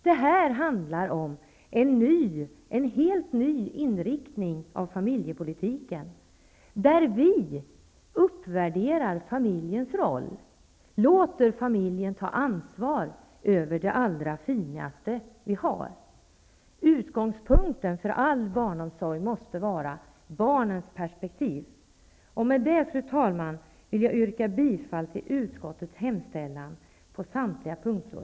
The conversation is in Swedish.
Det handlar om en helt ny inriktning av familjepolitiken, där vi uppvärderar familjens roll, låter familjen ta ansvar över det allra finaste vi har. Utgångspunkten för all barnomsorg måste vara barnens perspektiv. Med det, fru talman, vill jag yrka bifall till utskottets hemställan på samtliga punkter.